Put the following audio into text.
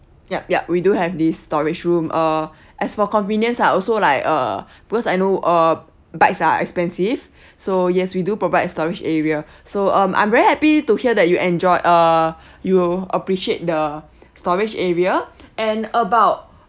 yup yup we do have this storage room uh as for convenience I also like uh because I know uh bikes are expensive so yes we do provide storage area so mm I'm very happy to hear that you enjoy uh you appreciate the storage area and about